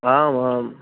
आम् आम्